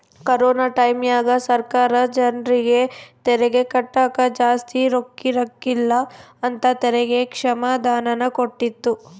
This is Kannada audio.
ಕೊರೊನ ಟೈಮ್ಯಾಗ ಸರ್ಕಾರ ಜರ್ನಿಗೆ ತೆರಿಗೆ ಕಟ್ಟಕ ಜಾಸ್ತಿ ರೊಕ್ಕಿರಕಿಲ್ಲ ಅಂತ ತೆರಿಗೆ ಕ್ಷಮಾದಾನನ ಕೊಟ್ಟಿತ್ತು